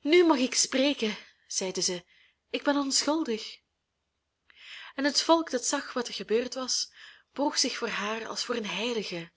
nu mag ik spreken zeide zij ik ben onschuldig en het volk dat zag wat er gebeurd was boog zich voor haar als voor een heilige